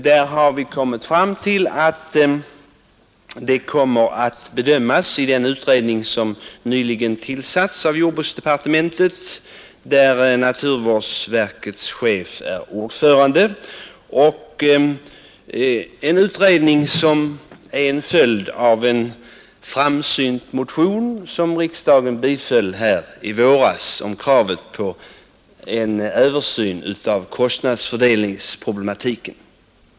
Den utredning rörande kostnaderna för miljövården som nyligen tillsatts av jordbruksdepartementet, där naturvårdsverkets chef är ordförande, är en följd av en framsynt motion, som riksdagen biföll i våras, om krav på en översyn av kostnadsfördelningsproblematiken.